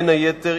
בין היתר,